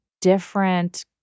different